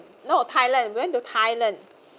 no thailand went to thailand